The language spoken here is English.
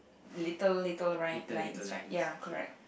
little little rine~ lines right ya correct